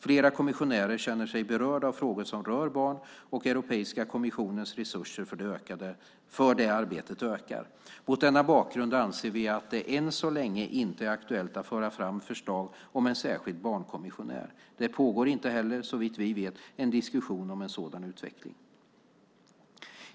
Flera kommissionärer känner sig berörda av frågor som rör barn, och Europeiska kommissionens resurser för det arbetet ökar. Mot denna bakgrund anser vi att det än så länge inte är aktuellt att föra fram förslag om en särskild barnkommissionär. Det pågår inte heller, såvitt vi vet, en diskussion om en sådan utveckling.